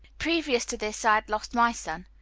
previous to this i had lost my son.